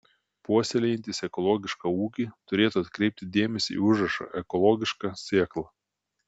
puoselėjantys ekologišką ūkį turėtų atkreipti dėmesį į užrašą ekologiška sėkla